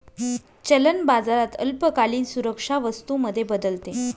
चलन बाजारात अल्पकालीन सुरक्षा वस्तू मध्ये बदलते